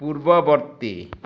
ପୂର୍ବବର୍ତ୍ତୀ